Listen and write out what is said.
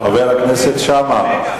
ואתה